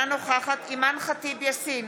אינה נוכחת אימאן ח'טיב יאסין,